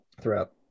throughout